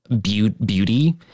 beauty